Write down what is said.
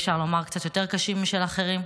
אפשר לומר, יותר קשים משל אחרים,